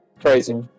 Crazy